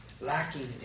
lacking